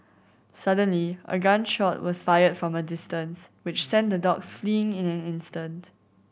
suddenly a gun shot was fired from a distance which sent the dogs fleeing in an instant